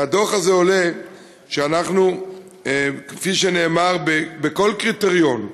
מהדוח הזה עולה שאנחנו, כפי שנאמר בכל קריטריון,